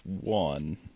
one